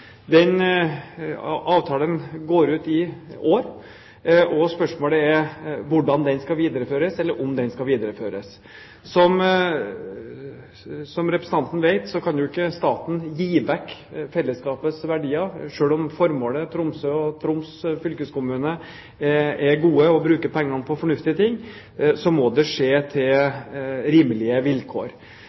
Den avtalen går ut i år, og spørsmålet er hvordan den skal videreføres, eller om den skal videreføres. Som representanten Høybråten vet, kan ikke staten gi bort fellesskapets verdier. Selv om formålet er godt og Tromsø og Troms fylkeskommune bruker pengene på fornuftige ting, må det skje på rimelige vilkår.